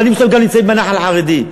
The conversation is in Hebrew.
הבנים שלהם נמצאים בנח"ל החרדי.